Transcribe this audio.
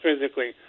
physically